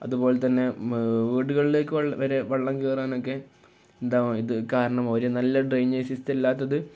അതുപോലെ തന്നെ വീടുകളിലേക്കു വരെ വെള്ളം കയറാനൊക്കെ എന്താവും ഇതു കാരണമാവും ഒരു നല്ല ഡ്രെയിനേജ് സിസ്റ്റം ഇല്ലാത്തത്